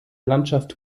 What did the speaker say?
landschaft